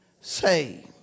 saved